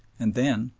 and then,